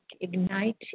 ignite